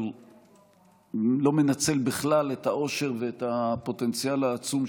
אבל לא מנצל בכלל את העושר ואת הפוטנציאל העצום,